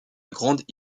grande